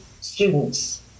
students